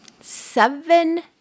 Seven